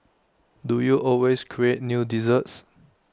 do you always create new desserts